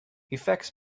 effects